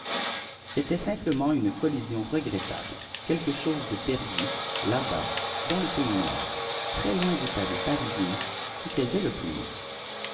c'était simplement une collision regrettable quelque chose de perdu là-bas dans le pays noir très loin du pavé parisien qui faisait l'opinion